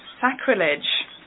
sacrilege